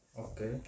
okay